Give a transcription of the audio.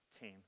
team